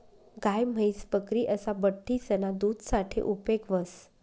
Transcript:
गाय, म्हैस, बकरी असा बठ्ठीसना दूध साठे उपेग व्हस